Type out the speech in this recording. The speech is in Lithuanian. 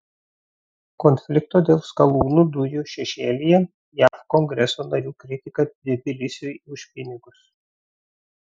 konflikto dėl skalūnų dujų šešėlyje jav kongreso narių kritika tbilisiui už pinigus